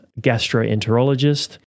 gastroenterologist